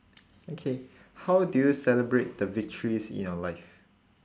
okay how do you celebrate the victories in your life